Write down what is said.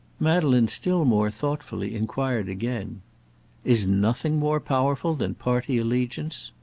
madeleine still more thoughtfully inquired again is nothing more powerful than party allegiance?